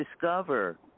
discover